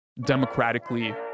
democratically